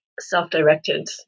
self-directed